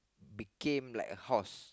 became like a horse